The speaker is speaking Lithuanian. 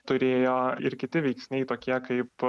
turėjo ir kiti veiksniai tokie kaip